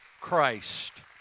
Christ